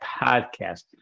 Podcast